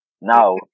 Now